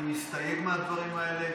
אני מסתייג מהדברים האלה.